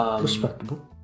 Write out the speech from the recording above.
Respectable